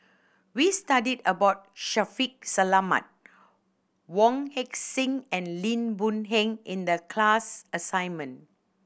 we studied about Shaffiq Selamat Wong Heck Sing and Lim Boon Heng in the class assignment